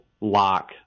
lock